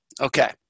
Okay